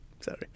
Sorry